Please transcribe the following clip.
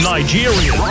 Nigeria